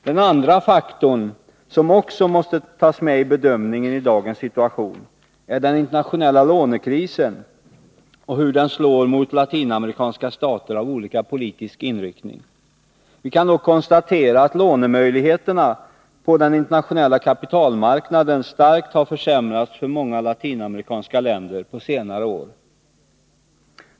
Den andra faktorn, som också måste tas med i bedömningen i dagens situation, är den internationella lånekrisen och hur den slår mot latinamerikanska stater av olika politisk inriktning. Vi kan då konstatera att lånemöjligheterna på den internationella kapitalmarknaden starkt har försämrats för många latinamerikanska länder på senare år.